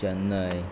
Chennai